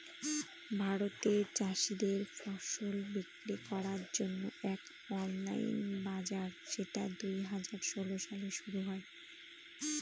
ভারতে চাষীদের ফসল বিক্রি করার জন্য এক অনলাইন বাজার যেটা দুই হাজার ষোলো সালে শুরু হয়